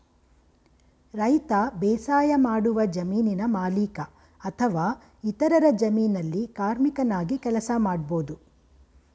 ರೈತ ಬೇಸಾಯಮಾಡುವ ಜಮೀನಿನ ಮಾಲೀಕ ಅಥವಾ ಇತರರ ಜಮೀನಲ್ಲಿ ಕಾರ್ಮಿಕನಾಗಿ ಕೆಲಸ ಮಾಡ್ಬೋದು